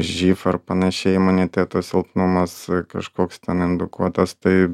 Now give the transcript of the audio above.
živ ar panašiai imuniteto silpnumas kažkoks ten indukuotas tai